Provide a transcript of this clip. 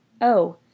Oh